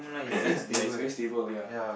ya it's very stable ya